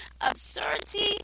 absurdity